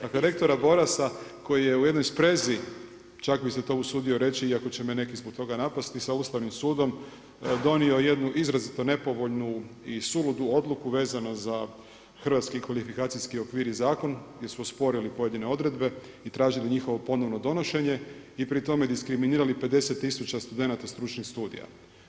Dakle, rektora Borasa koji je u jednoj sprezi čak bi se to usudio reći iako će me neki zbog toga napasti sa Ustavnim sudom donio jednu izrazito nepovoljnu i suludu odluku vezano za hrvatski kvalifikacijski okvir i zakon gdje su osporili pojedine odredbe i tražili njihovo ponovno donošenje i pri tome diskriminirali 50 tisuća studenata stručnih studija.